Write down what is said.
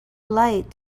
light